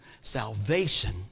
salvation